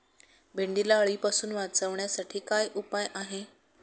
भेंडीला अळीपासून वाचवण्यासाठी काय उपाय आहे?